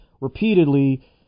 repeatedly